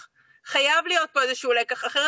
הפסקות חשמל בישראל, מס' 1856, 1868 ו-1896.